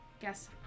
guess